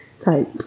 type